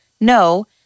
no